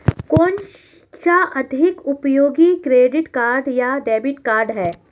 कौनसा अधिक उपयोगी क्रेडिट कार्ड या डेबिट कार्ड है?